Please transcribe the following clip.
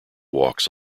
walks